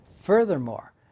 Furthermore